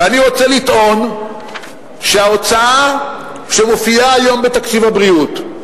ואני רוצה לטעון שההוצאה שמופיעה היום בתקציב הבריאות,